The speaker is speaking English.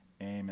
Amen